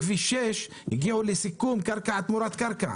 בכביש 6 הגיעו לסיכום של קרקע תמורת קרקע.